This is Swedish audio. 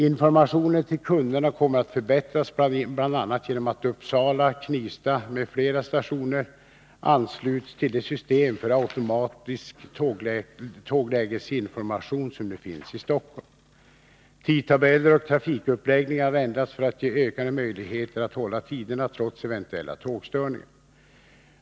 — Informationen till kunderna kommer att förbättras bl.a. genom att Uppsala, Knivsta m.fl. stationer ansluts till det system för automatisk tåglägesinformation som nu finns i Stockholm. — Tidtabeller och trafikuppläggningen har ändrats för att ge ökade möjligheter att hålla tiderna trots eventuella tågstörningar.